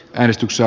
hestyssa